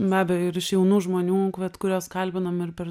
be abejo ir iš jaunų žmonių vat kurios kalbinom ir per